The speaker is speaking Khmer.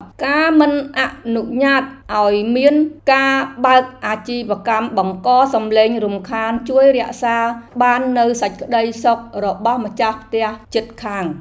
ការមិនអនុញ្ញាតឱ្យមានការបើកអាជីវកម្មបង្កសំឡេងរំខានជួយរក្សាបាននូវសេចក្តីសុខរបស់ម្ចាស់ផ្ទះជិតខាង។